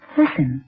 listen